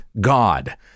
God